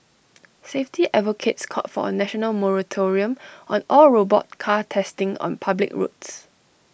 safety advocates called for A national moratorium on all robot car testing on public roads